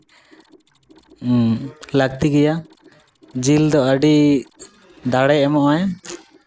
ᱞᱟᱹᱠᱛᱤ ᱜᱮᱭᱟ ᱡᱤᱞ ᱫᱚ ᱟᱹᱰᱤ ᱫᱟᱲᱮᱭ ᱮᱢᱚᱜᱼᱟᱭ